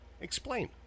explain